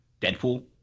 Deadpool